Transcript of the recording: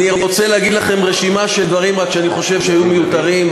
אני רוצה להציג לכם רשימה של דברים שאני חושב שהיו מיותרים,